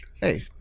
Hey